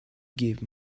give